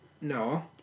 no